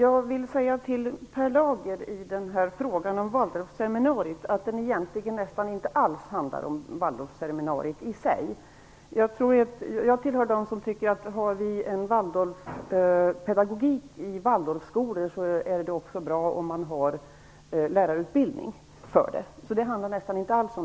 Herr talman! Frågan om Waldorfseminariet handlar inte alls om seminariet i sig. Jag hör till dem som tycker att om det finns en Waldorfpedagogik i Waldorfskolor, så är det också bra om det finns lärarutbildning för den pedagogiken.